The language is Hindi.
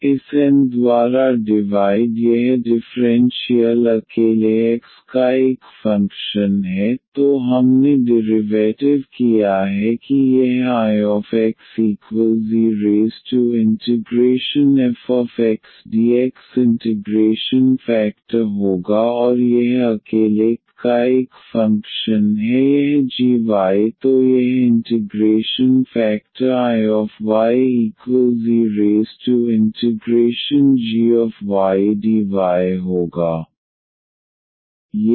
तो इस एन द्वारा डिवाइड यह डिफ़्रेंशियल अकेले x का एक फंक्शन है तो हमने डिरिवैटिव किया है कि यह Ixe∫fxdx इंटिग्रेशन फेकटर होगा और यह अकेले y का एक फंक्शन है यह gy तो यह इंटिग्रेशन फेकटर Iye∫gydy होगा